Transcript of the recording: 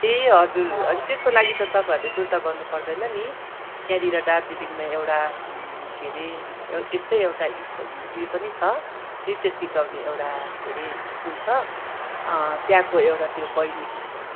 ए हजुर अनि त्यसको लागि त तपाईँहरूले सुर्ता गर्नु पर्दैन नि यहाँनेर दार्जिलिङमा एउटा के हरे एउ एस्तै एउटा यस उयो पनि छ नृत्य सिकाउने एउटा के हरे स्कुल छ त्यहाँको एउटा त्यो बहिनी